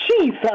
Jesus